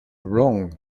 wrong